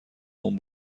اون